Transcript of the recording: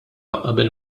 qabel